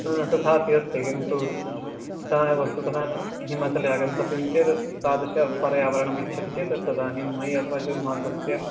हा तथापि अस्ति किन्तु तथा वस्तुतः हिमाचले आगन्तव्यं चेद् तादृशपर्यावरणमिच्छति चेत् तत् तदानीं मै अत्वा जून् मासस्य